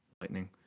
Lightning